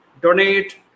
donate